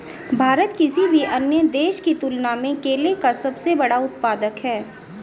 भारत किसी भी अन्य देश की तुलना में केले का सबसे बड़ा उत्पादक है